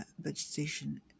vegetation